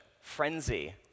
frenzy